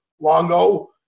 Longo